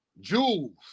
Jules